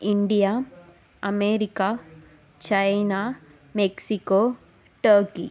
India America China Mexico turkey